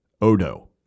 Odo